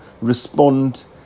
respond